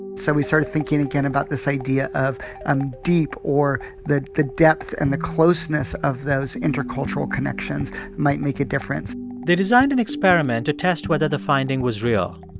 so we started thinking again about this idea of a deep or the the depth and the closeness of those intercultural connections might make a difference they designed an experiment to test whether the finding was real.